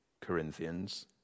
Corinthians